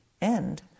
end